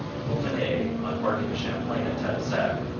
the montagnais, on parting with champlain at tadoussac,